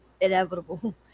inevitable